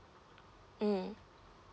mm